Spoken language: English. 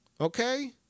Okay